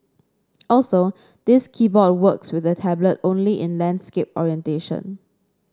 also this keyboard works with the tablet only in landscape orientation